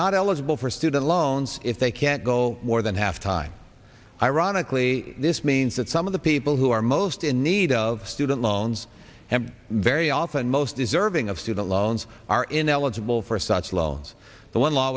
not eligible for student loans if they can't go more than half time ironically this means that some of the people who are most in need of student loans and very often most deserving of student loans are ineligible for such loans but one law